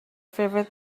favourite